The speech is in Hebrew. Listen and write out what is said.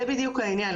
אבל זה בדיוק העניין,